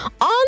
on